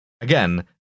again